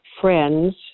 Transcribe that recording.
friends